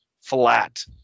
flat